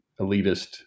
elitist